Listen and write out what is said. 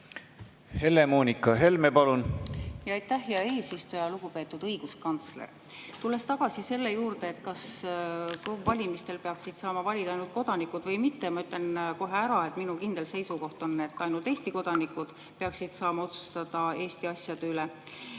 Helle-Moonika Helme, palun! Aitäh, hea eesistuja! Lugupeetud õiguskantsler! Tulles tagasi selle juurde, kas KOV-i valimistel peaksid saama valida ainult kodanikud või mitte, ma ütlen kohe ära, et minu kindel seisukoht on, et ainult Eesti kodanikud peaksid saama otsustada Eesti asjade üle.